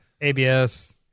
ABS